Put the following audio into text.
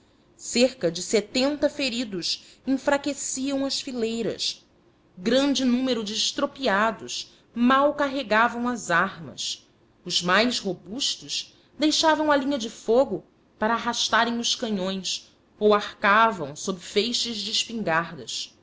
cerca de setenta feridos enfraqueciam as fileiras grande número de estropiados mal carregavam as armas os mais robustos deixavam a linha de fogo para arrastarem os canhões ou arcavam sobre feixes de espingardas